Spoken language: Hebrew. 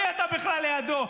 מי אתה בכלל לידו?